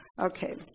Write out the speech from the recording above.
Okay